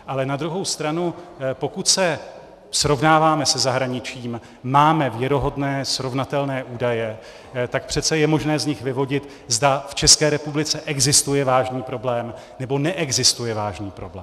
Ale na druhou stranu, pokud se srovnáváme se zahraničím, máme věrohodné, srovnatelné údaje, tak přece je možné z nich vyvodit, zda v České republice existuje vážný problém, nebo neexistuje vážný problém.